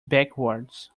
backwards